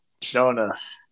Jonas